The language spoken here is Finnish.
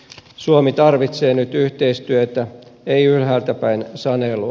suomi tarvitsee nyt yhteistyötä ei ylhäältäpäin sanelua